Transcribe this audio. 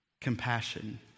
compassion